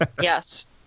Yes